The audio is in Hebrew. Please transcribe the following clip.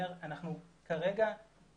כרגע